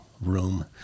room